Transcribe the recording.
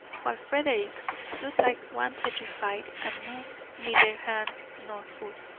while frederick stood like one petrified, and moved neither hand nor foot.